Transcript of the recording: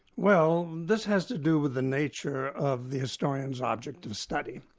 well, this has to do with the nature of the historian's object of study.